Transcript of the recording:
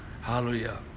Hallelujah